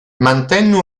mantenne